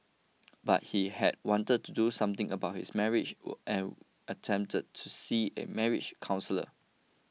but he had wanted to do something about his marriage and attempted to see a marriage counsellor